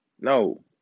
No